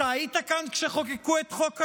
אתה היית כאן כשחוקקו את חוק הלאום?